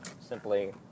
simply